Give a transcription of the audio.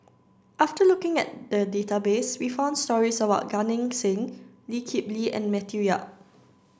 after looking at the database we found stories about Gan Eng Seng Lee Kip Lee and Matthew Yap